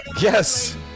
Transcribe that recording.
Yes